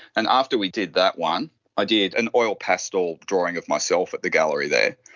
and after we did that one i did an oil pastel drawing of myself at the gallery there.